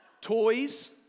toys